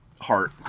heart